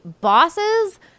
bosses